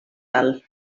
alt